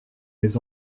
les